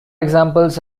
examples